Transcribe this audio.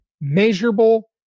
measurable